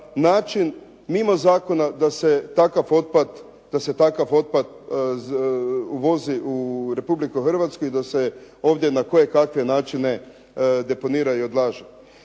način mimo zakona da se takav otpad uvozi u Republiku Hrvatsku i da se ovdje na koje kakve načine deponiraju i odlažu.